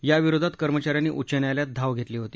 याविरोधात कर्मचाऱ्यांनी उच्च न्यायालयात धाव घेतली होती